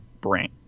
brain